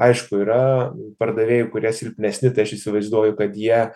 aišku yra pardavėjų kurie silpnesni tai aš įsivaizduoju kad jie